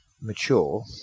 mature